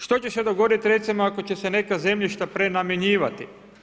Što će se dogoditi recimo ako će se neka zemljišta prenamjenjivati?